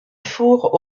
four